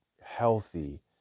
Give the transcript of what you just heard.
healthy